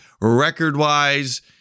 record-wise